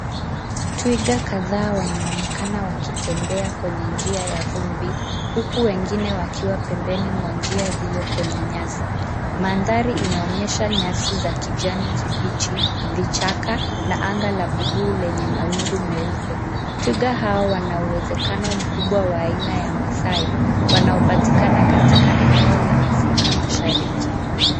Twiga kadhaa wanaonekana wakitembea kwenye njia ya vumbi huku wengine wakiwa pembeni mwa njia hiyo kwenye nyasi. Mandhari inaonyesha nyasi za kijani kibichi, vichaka na anga la buluu lenye mawingu meupe. Twiga hao wanauwezekano mkubwa wa aina ya Maasai wanaopatikana katika eneo la Afrika mashariki.